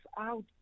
out